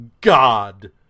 God